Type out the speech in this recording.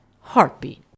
heartbeat